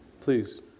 Please